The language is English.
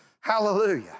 Hallelujah